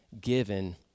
given